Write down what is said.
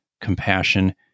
compassion